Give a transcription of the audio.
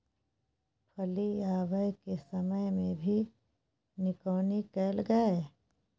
फली आबय के समय मे भी निकौनी कैल गाय?